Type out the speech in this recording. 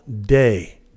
day